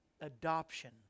adoption